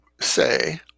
say